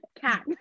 cat